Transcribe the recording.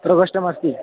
प्रकोष्ठमस्ति